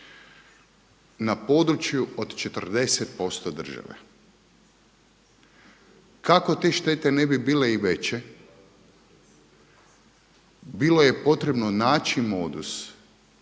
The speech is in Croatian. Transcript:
na području od 40% države. Kako te štete ne bi bile i veće bilo je potrebno naći modus